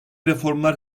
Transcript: reformlar